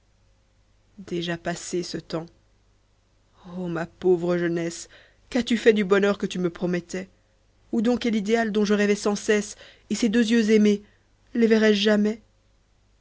déjà passe ce temps o ma pauvre jeunesse qu'as-tu fait du bonheur que tu me promettais où donc est l'idéal dont je rêvais sans cesse et ces deux yeux aimés les verrai-je jamais